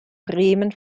bremen